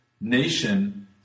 nation